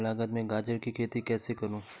कम लागत में गाजर की खेती कैसे करूँ?